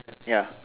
ya